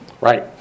Right